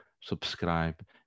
subscribe